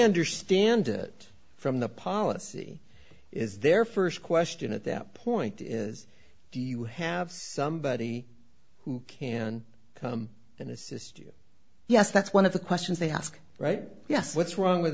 understand it from the policy is their first question at that point is do you have somebody who can then assist you yes that's one of the questions they ask right yes what's wrong with